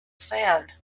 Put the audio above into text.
sand